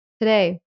Today